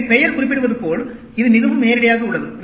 எனவே பெயர் குறிப்பிடுவது போல இது மிகவும் நேரிடையாக உள்ளது